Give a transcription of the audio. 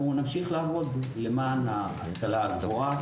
ונמשיך לעבוד למען ההשכלה הגבוהה,